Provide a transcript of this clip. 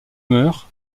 mœurs